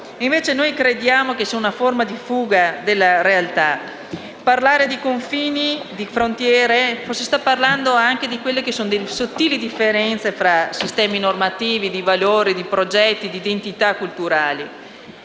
invece crediamo sia una forma di fuga dalla realtà. Parlare di confini, di frontiere è parlare anche delle sottili differenze tra sistemi normativi, di valori, di progetti, di identità culturali,